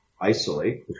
isolate